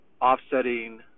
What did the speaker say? offsetting